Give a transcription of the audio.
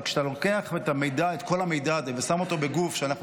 אבל כשאתה לוקח את כל המידע הזה ושם אותו בגוף שאנחנו